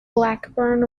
blackburn